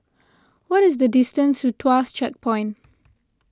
what is the distance to Tuas Checkpoint